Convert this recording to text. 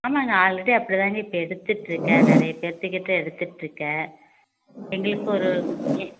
ஆமாங்க ஆல்ரெடி அப்படி தாங்க இப்போ எடுத்துகிட்ருக்கேன் நிறைய பேருத்துக் கிட்டே எடுத்துகிட்ருக்கேன் எங்களுக்கு ஒரு ஏ